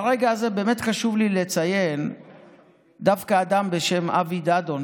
ברגע הזה באמת חשוב לי לציין דווקא אדם בשם אבי דדון,